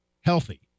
healthy